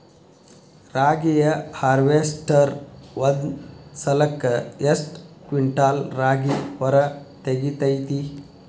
ರಾಗಿಯ ಹಾರ್ವೇಸ್ಟರ್ ಒಂದ್ ಸಲಕ್ಕ ಎಷ್ಟ್ ಕ್ವಿಂಟಾಲ್ ರಾಗಿ ಹೊರ ತೆಗಿತೈತಿ?